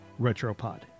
Retropod